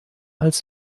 als